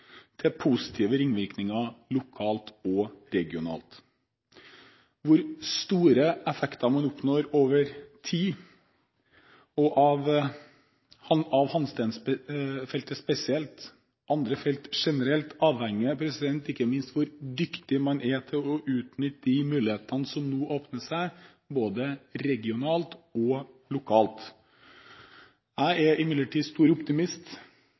til positive ringvirkninger lokalt og regionalt. Hvor store effekter man oppnår over tid – av Hansteen-feltet spesielt og av andre felt generelt – avhenger ikke minst av hvor dyktig man er til å utnytte de mulighetene som nå åpner seg både regionalt og lokalt. Jeg er imidlertid stor optimist